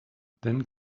then